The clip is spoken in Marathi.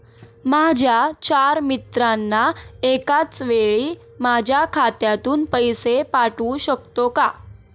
माझ्या चार मित्रांना एकाचवेळी माझ्या खात्यातून पैसे पाठवू शकतो का?